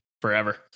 forever